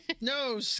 No